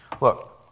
Look